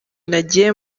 nagiye